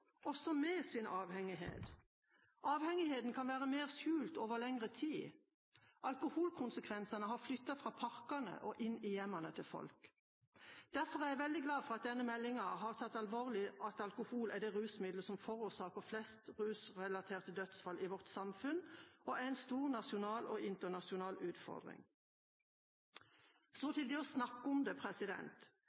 også med sin avhengighet. Avhengigheten kan være mer skjult over lengre tid. Alkoholkonsekvensene har flyttet fra parkene og inn i hjemmene til folk. Derfor er jeg veldig glad for at denne meldingen har tatt alvorlig at alkohol er det rusmiddelet som forårsaker flest rusrelaterte dødsfall i vårt samfunn, og er en stor nasjonal og internasjonal utfordring. Så til det å snakke om det.